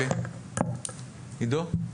עידו?